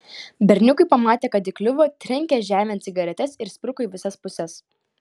berniukai pamatę kad įkliuvo trenkė žemėn cigaretes ir spruko į visas puses